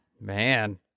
Man